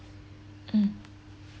mm